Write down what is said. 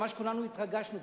כולנו ממש התרגשנו,